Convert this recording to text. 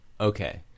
Okay